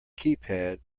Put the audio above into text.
keypad